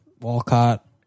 Walcott